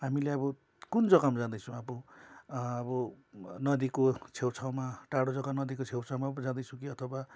हामीले अब कुन जगामा जाँदैछौँ अब अब नदीको छेउछाउमा टाडा जगा नदीको छेउछाउमा पो जाँदैछौँ कि अथवा